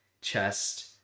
chest